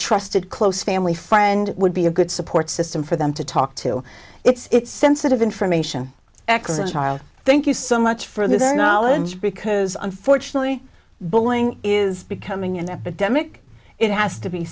trusted close family friend would be a good support system for them to talk to it's sensitive information child thank you so much for their knowledge because unfortunately bulling is becoming an epidemic it has to be